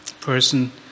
person